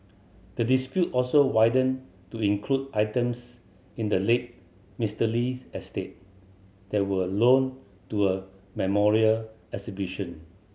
the dispute also widened to include items in the late Mister Lee's estate that were loaned to a memorial exhibition